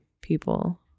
people